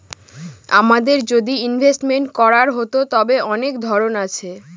আমাদের যদি ইনভেস্টমেন্ট করার হতো, তবে অনেক ধরন আছে